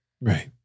Right